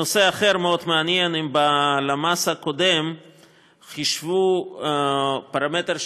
נושא אחר מאוד מעניין: בלמ"ס הקודם חישבו פרמטר שלהפך,